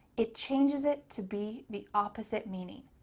it changes it to be the opposite meaning.